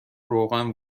روغن